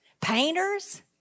painters